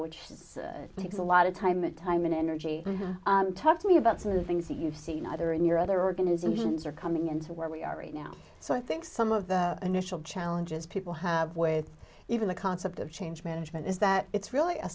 which is takes a lot of time and time and energy talk to me about some of the things that you've seen either in your other organizations are coming into where we are right now so i think some of the initial challenges people have with even the concept of change management is that it's really a